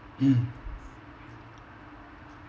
hmm